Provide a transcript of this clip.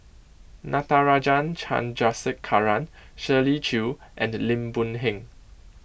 Natarajan Chandrasekaran Shirley Chew and Lim Boon Heng